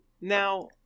Now